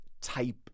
type